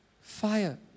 fire